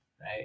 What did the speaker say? right